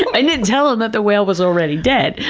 i didn't tell him that the whale was already dead.